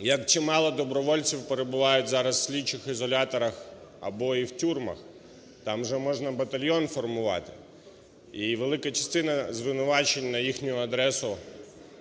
як чимало добровольців перебувають зараз в слідчих ізоляторах або і в тюрмах, там вже можна батальйон формувати. І велика частина звинувачень на їхею адресу